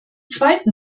zweiten